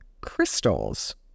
crystals